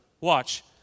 watch